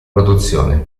produzione